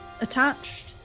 attached